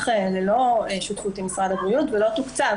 ללא שותפות עם משרד הבריאות ולא תוקצב,